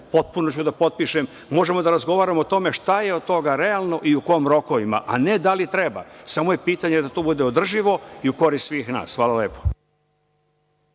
potpuno ću da potpišem, možemo da razgovaramo o tome šta je od toga realno i u kojim rokovima, a ne da li treba. Samo je pitanje da to bude održivo i u korist svih nas. Hvala lepo.